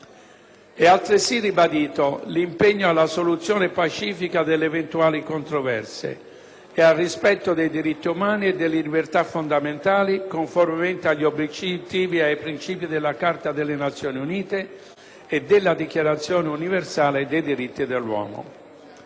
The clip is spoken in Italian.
È altresì ribadito l'impegno alla soluzione pacifica delle eventuali controversie e al rispetto dei diritti umani e delle libertà fondamentali conformemente agli obiettivi e ai princìpi della Carta delle Nazioni Unite e della Dichiarazione universale dei diritti dell'uomo.